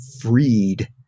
freed